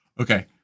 Okay